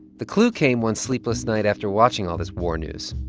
the clue came one sleepless night after watching all this war news.